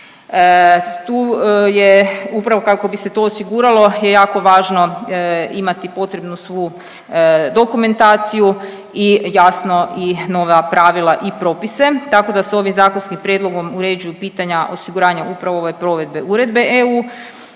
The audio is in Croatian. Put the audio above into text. Tu je upravo kako bi se to osiguralo je jako važno imati potrebnu svu dokumentaciju i jasno i nova pravila i propise tako da se ovim zakonskim prijedlogom uređuju pitanja osiguranja upravo ove provedbe Uredbe EU,